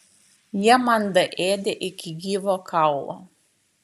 jie man daėdė iki gyvo kaulo